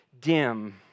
dim